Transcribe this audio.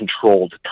controlled